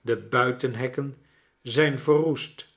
de buitenhekken zijn verroest